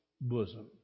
bosom